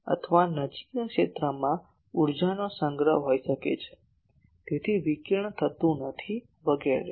અથવા નજીકના ક્ષેત્રમાં ઊર્જાનો સંગ્રહ હોઈ શકે છે તેથી વિકિરણ થતું નથી વગેરે